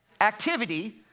Activity